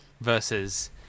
versus